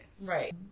Right